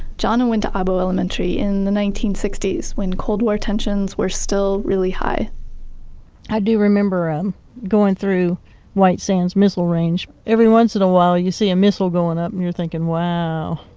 jana went to abo elementary in the nineteen sixty s, when cold war tensions were still really high i do remember i'm going through white sands missile range. every once in a while, you see a missile going up and you're thinking, wow!